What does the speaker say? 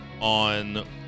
on